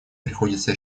приходится